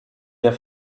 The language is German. der